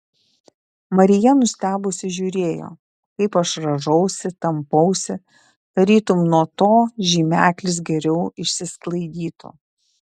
marija nustebusi žiūrėjo kaip aš rąžausi tampausi tarytum nuo to žymeklis geriau išsisklaidytų